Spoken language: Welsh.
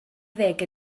ddeg